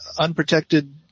unprotected